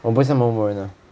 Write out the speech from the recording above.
我不是某某人 oh